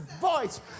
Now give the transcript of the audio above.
voice